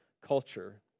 culture